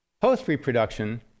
post-reproduction